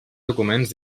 documents